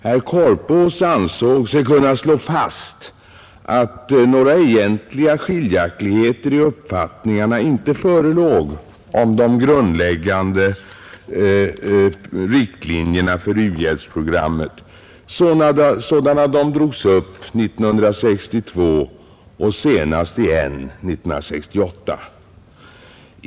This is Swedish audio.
Herr Korpås ansåg sig kunna slå fast att några egentliga skiljaktigheter i uppfattning inte förelåg om de grundläggande riktlinjerna för u-hjälpsprogrammet, sådana de drogs upp 1962 och senast igen 1968.